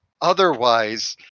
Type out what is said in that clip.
otherwise